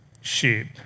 sheep